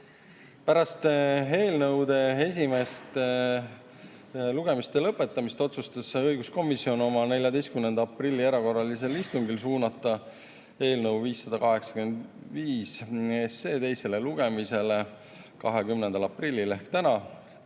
mõlema eelnõu esimese lugemise lõpetamist otsustas õiguskomisjon oma 14. aprilli erakorralisel istungil suunata eelnõu 585 teisele lugemisele 20. aprilliks